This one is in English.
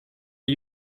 are